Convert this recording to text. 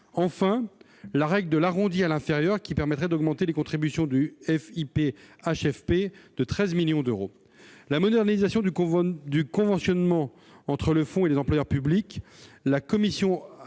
; la règle de l'arrondi à l'inférieur, qui permettrait d'augmenter les contributions au FIPHFP de 13 millions d'euros ; la modernisation du conventionnement entre le FIPHFP et les employeurs publics,